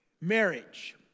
marriage